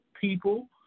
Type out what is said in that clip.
people